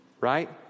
Right